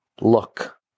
look